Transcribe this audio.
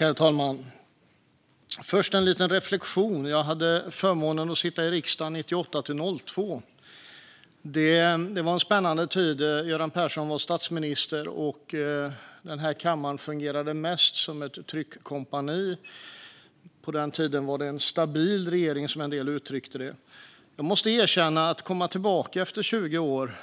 Herr talman! Först har jag en liten reflektion. Jag hade förmånen att sitta i riksdagen 98-02, och det var en spännande tid. Göran Persson var statsminister, och den här kammaren fungerade mest som ett tryckkompani. På den tiden var det en stabil regering, som en del uttryckte det. Jag måste erkänna att det är avsevärt mycket roligare att efter 20 år